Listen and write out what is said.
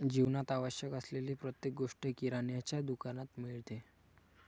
जीवनात आवश्यक असलेली प्रत्येक गोष्ट किराण्याच्या दुकानात मिळते